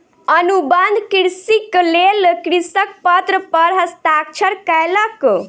अनुबंध कृषिक लेल कृषक पत्र पर हस्ताक्षर कयलक